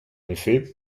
effet